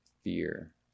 fear